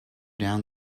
down